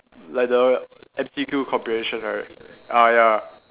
like the M_C_Q comprehension right ah ya